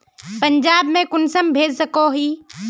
पंजाब में कुंसम भेज सकोही?